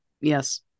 Yes